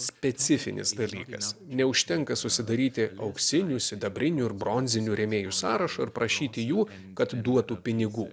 specifinis dalykas neužtenka susidaryti auksinių sidabrinių ir bronzinių rėmėjų sąrašo ir prašyti jų kad duotų pinigų